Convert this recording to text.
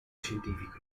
scientifico